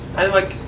and like,